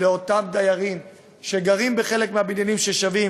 לאותם דיירים, שגרים בחלק מהבניינים ששווים